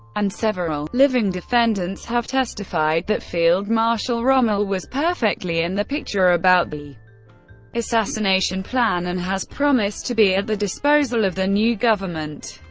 and several. living defendants have testified that field marshal rommel was perfectly in the picture about the assassination plan and has promised to be at the disposal of the new government.